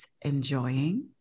enjoying